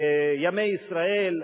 ימי ישראל,